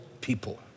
people